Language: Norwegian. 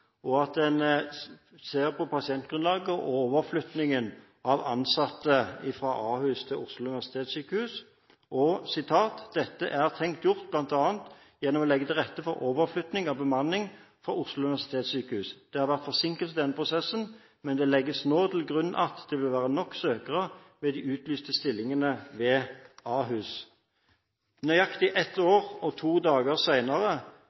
og at en ser på pasientgrunnlaget og overflyttingen av ansatte fra Ahus til Oslo universitetssykehus. Hun sa videre: «Dette er tenkt gjort bl.a. gjennom å legge til rette for overflytting av bemanning fra Oslo universitetssykehus. Det har vært forsinkelser i denne prosessen, men det legges nå til grunn at det vil være nok søkere ved de utlyste stillingene ved Ahus.» Nøyaktig ett år og to dager